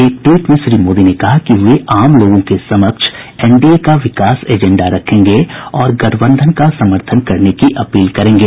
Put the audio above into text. एक ट्वीट में श्री मोदी ने कहा कि वे आम लोगों के समक्ष एनडीए का विकास एजेंडा रखेंगे और गठबंधन का समर्थन करने की अपील करेंगे